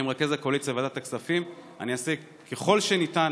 וכמרכז הקואליציה בוועדת הכספים אני אעשה כל שניתן,